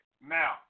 Now